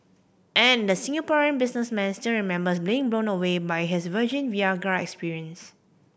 and the Singaporean businessman still remember being blown away by his virgin Viagra experience